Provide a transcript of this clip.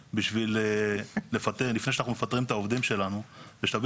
מכיוון שהחוק הצליח ואנחנו לטובת הסביבה לא נגד הסביבה.